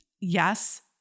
yes